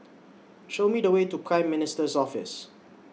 Show Me The Way to Prime Minister's Office